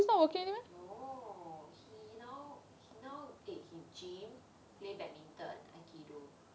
no he now he now eh you know he gym play badminton aikido